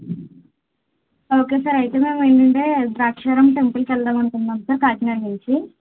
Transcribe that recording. okay sir అయితే మేము ఏంటంటే ద్రాక్షారామం టెంపుల్ వెళదాం అనుకుంటున్నాము సార్ కాకినాడ నుంచి